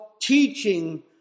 teaching